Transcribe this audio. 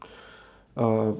uh